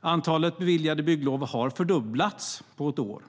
Antalet beviljade bygglov har fördubblats på ett år.